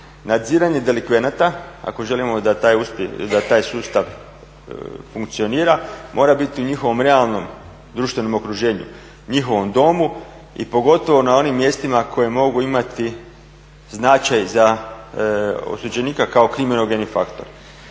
Nadziranje delikvenata ako želimo da taj sustav funkcionira mora biti u njihovom realnom društvenom okruženju, njihovom domu i pogotovo na onim mjestima koja mogu imati značaj za osuđenika kao kriminogeni faktor.